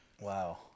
Wow